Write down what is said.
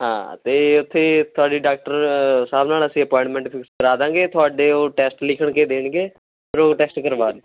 ਹਾਂ ਅਤੇ ਉੱਥੇ ਤੁਹਾਡੀ ਡਾਕਟਰ ਸਾਹਿਬ ਨਾਲ ਅਸੀਂ ਅਪੁਆਇੰਟਮੈਂਟ ਫਿਕਸ ਕਰਾ ਦਾਂਗੇ ਤੁਹਾਡੇ ਉਹ ਟੈਸਟ ਲਿਖਣ ਕੇ ਦੇਣਗੇ ਫਿਰ ਉਹ ਟੈਸਟ ਕਰਵਾ ਲਿਓ